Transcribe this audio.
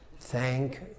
thank